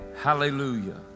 Hallelujah